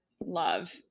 love